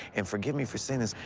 and forgive me for saying this,